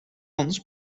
ons